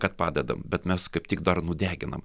kad padedam bet mes kaip tik dar nudeginam